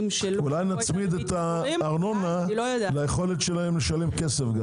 --- אולי נצמיד את הארנונה ליכולת שלהם לשלם כסף?